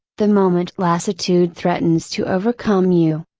the moment lassitude threatens to overcome you.